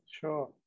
Sure